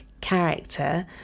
character